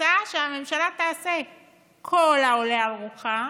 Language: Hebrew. הצעה שהממשלה תעשה ככל העולה על רוחה